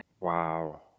Wow